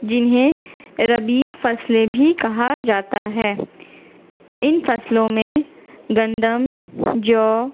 جنہیں ربیع فصلیں بھی کہا جاتا ہے ان فصلوں میں گندم جو